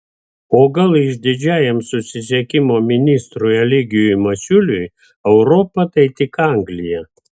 o gal išdidžiajam susisiekimo ministrui eligijui masiuliui europa tai tik anglija